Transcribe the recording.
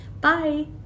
Bye